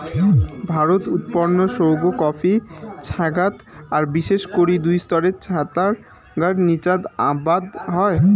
ভারতত উৎপন্ন সৌগ কফি ছ্যাঙাত আর বিশেষ করি দুই স্তরের ছ্যাঙার নীচাত আবাদ হই